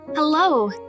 Hello